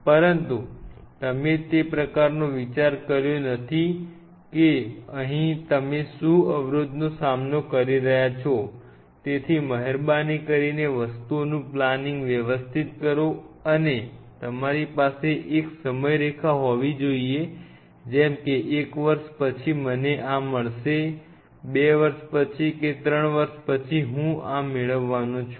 પરંતુ તમે તે પ્રકારનો વિચાર કર્યો નથી કે અહીં તમે શું અવરોધનો સામનો કરી રહ્યા છો તેથી મહેરબાની કરીને વસ્તુઓનું પ્લાનિંગ વ્યવસ્થિત કરો અને તમારી પાસે એક સમયરેખા હોવી જોઈએ જેમ કે એક વર્ષ પછી મને આ મળશે બે વર્ષ પછી કે ત્રણ વર્ષ પછી હું આ મેળવવાનો છું